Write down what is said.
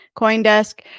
Coindesk